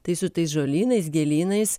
tai su tais žolynais gėlynais